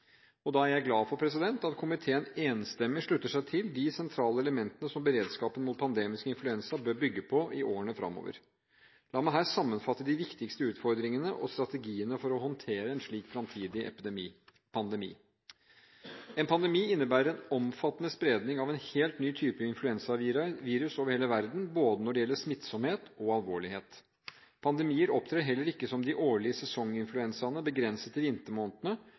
er glad for at komiteen enstemmig slutter seg til de sentrale elementene som beredskapen mot pandemisk influensa bør bygge på i årene fremover. La meg her sammenfatte de viktigste utfordringene og strategiene for å håndtere en slik fremtidig pandemi: For det første: En pandemi innebærer en omfattende spredning av en helt ny type influensavirus over hele verden – når det gjelder både smittsomhet og alvorlighet. Pandemier opptrer heller ikke som de årlige sesonginfluensaene begrenset til vintermånedene,